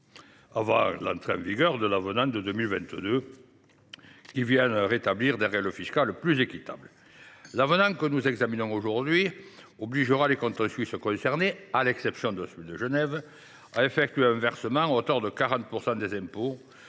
bilatérale franco luxembourgeoise, qui a rétabli des règles fiscales plus équitables. L’avenant que nous examinons aujourd’hui obligera les cantons suisses concernés, à l’exception de celui de Genève, à effectuer un versement à hauteur de 40 % des impôts